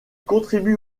contribue